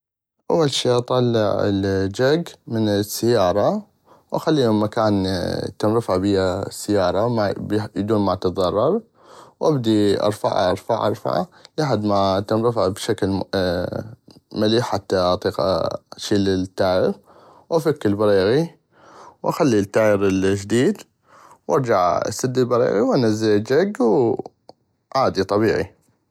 اول ي اطلع الجك من السيارة واخلينو بمكان تنرفع بيها السيارة بدون ما تضرر وابدي ارفعا ارفعا ارفعا لحد ما تنرفع بشكل مليح حتى اطيق اشيل التاير وافك البريغي واخلي التاير الجديد وارجع اسد البريغي وانزل الجك وانو عادي طبيعي.